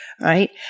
right